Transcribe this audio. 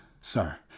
Sir